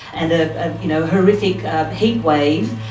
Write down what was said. and a ah you know horrific heatwave,